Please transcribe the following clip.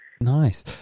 Nice